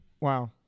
Wow